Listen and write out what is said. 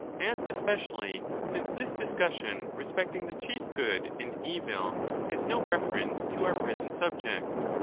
as especially since this discussion re specting the chief good and evil has no reference to our present subject.